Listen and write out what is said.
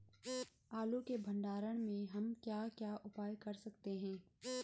आलू के भंडारण में हम क्या क्या उपाय कर सकते हैं?